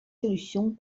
solutions